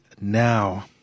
now